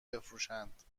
بفروشند